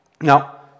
Now